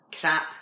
crap